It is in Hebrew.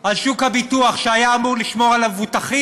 על שוק הביטוח, שהיה אמור לשמור על המבוטחים,